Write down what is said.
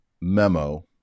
memo